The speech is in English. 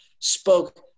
spoke